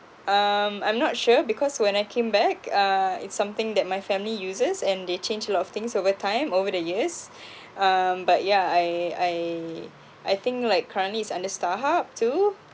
um I'm not sure because when I came back uh it's something that my family uses and they changed a lot of things over time over the years um but yeah I I I think like currently it's under starhub too